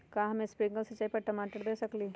का हम स्प्रिंकल सिंचाई टमाटर पर दे सकली ह?